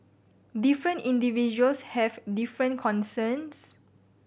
different individuals have different concerns